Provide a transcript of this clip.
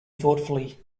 thoughtfully